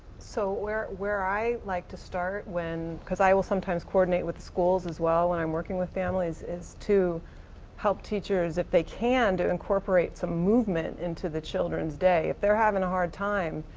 so where where i like to start when. cause i will sometimes coordinate with the schools as well when i'm working with families is to help teachers if they can to incorporate some movement into the children's day. if they're having a hard time,